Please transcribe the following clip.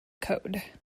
code